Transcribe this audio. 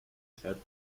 said